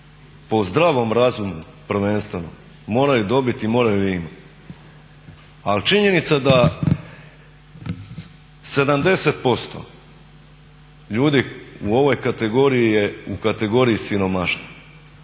po zdravom razumu prvenstveno moraju dobiti i moraju je imati. Ali činjenica da 70% ljudi u ovoj kategoriji je u kategoriji siromaštva